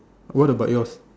what about yours